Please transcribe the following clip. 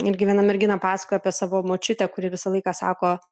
irgi viena mergina pasakoja apie savo močiutę kuri visą laiką sako